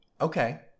Okay